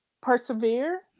persevere